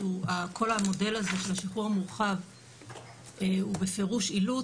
שכל המודל הזה של השחרור המורחב הוא בפירוש אילוץ.